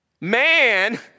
Man